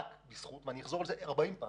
רק בזכות זה, ואני אחזור על זה 40 פעם